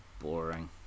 boring